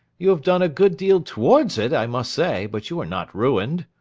you have done a good deal towards it, i must say, but you are not ruined.